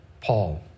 Paul